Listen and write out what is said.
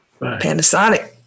Panasonic